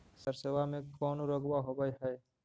सरसोबा मे कौन रोग्बा होबय है?